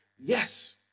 yes